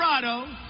Colorado